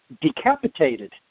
decapitated